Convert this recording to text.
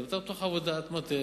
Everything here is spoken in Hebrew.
זה יותר תוך עבודת מטה,